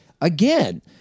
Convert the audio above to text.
again